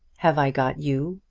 have i got you?